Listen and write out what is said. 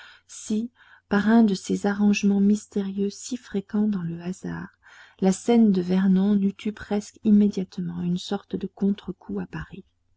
si par un de ces arrangements mystérieux si fréquents dans le hasard la scène de vernon n'eût eu presque immédiatement une sorte de contre-coup à paris